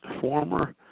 former